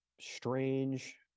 strange